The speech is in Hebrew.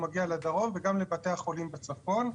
הוא מגיע לדרום וגם לבתי החולים בצפון.